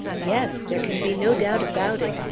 yes there can be no doubt about it.